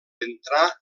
entrar